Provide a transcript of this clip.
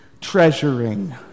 treasuring